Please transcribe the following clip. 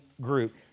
group